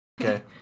Okay